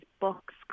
books